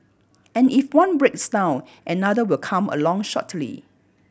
and if one breaks down another will come along shortly